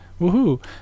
Woohoo